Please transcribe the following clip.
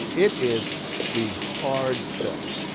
it is the hard sell.